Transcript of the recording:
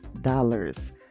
dollars